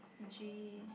G